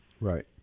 Right